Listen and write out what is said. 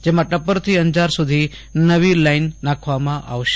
જેમાં ટપ્પરથી અંજાર સુધી નવી લાઈન નાખવામાં આવશે